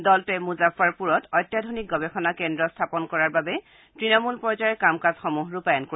দলটোৱে মুজাফফৰপুৰত অত্যাধুনিক গৱেষণা কেন্দ্ৰ স্থাপন কৰা বাবে তৃণমূল পৰ্যায়ৰ কাম কাজসমূহ ৰূপায়ণ কৰিব